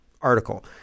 article